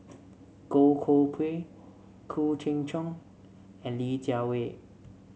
Goh Koh Pui Khoo Cheng Tiong and Li Jiawei